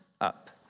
up